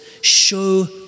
show